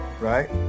right